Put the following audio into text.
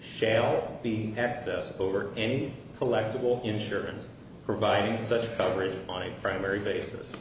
shale the excess over any collectible insurance providing such coverage on a primary basis